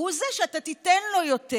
הוא זה שאתה תיתן לו יותר.